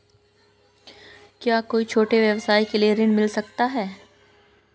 क्या कोई छोटे व्यवसाय के लिए ऋण मिल सकता है?